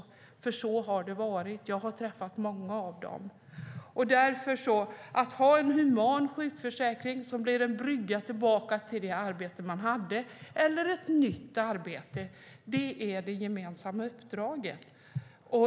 Så har det varit - jag har träffat många av dem. Att ha en human sjukförsäkring som blir en brygga tillbaka till det arbete man hade eller ett nytt arbete - det är det gemensamma uppdraget.